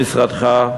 במשרדך,